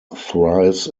thrives